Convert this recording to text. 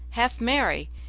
half-merry,